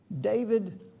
David